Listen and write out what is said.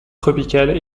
tropicales